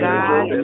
God